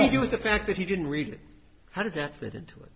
do you with the fact that he didn't read it how does that fit into it